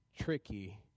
tricky